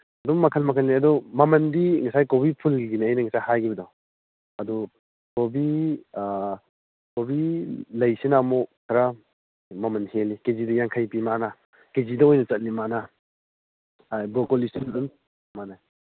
ꯑꯗꯨꯝ ꯃꯈꯟ ꯃꯈꯟꯅꯤ ꯑꯗꯨ ꯃꯃꯟꯗꯤ ꯉꯁꯥꯏ ꯀꯣꯕꯤ ꯐꯨꯜꯒꯤꯅꯦ ꯑꯩꯅ ꯍꯥꯏꯒꯤꯕꯗꯣ ꯑꯗꯨ ꯀꯣꯕꯤ ꯀꯣꯕꯤ ꯂꯩꯁꯤꯅ ꯑꯃꯨꯛ ꯈꯔ ꯃꯃꯟ ꯍꯦꯜꯂꯤ ꯀꯦ ꯖꯤꯗ ꯌꯥꯡꯈꯩ ꯄꯤ ꯃꯥꯅ ꯀꯦ ꯖꯤꯗ ꯑꯣꯏꯅ ꯆꯠꯂꯤ ꯃꯥꯅ ꯕ꯭ꯔꯣꯀꯣꯂꯤꯁꯨ ꯑꯗꯨꯝ ꯃꯥꯅꯩ